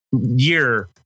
year